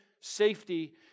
safety